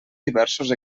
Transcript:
diversos